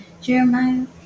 Jeremiah